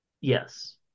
Yes